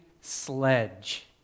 sledge